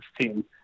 team